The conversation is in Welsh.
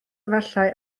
efallai